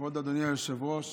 כבוד אדוני היושב-ראש,